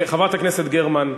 חברת הכנסת גרמן,